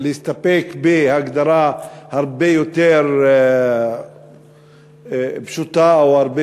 ולהסתפק בהגדרה הרבה יותר פשוטה או הרבה